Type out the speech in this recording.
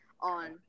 on